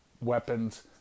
weapons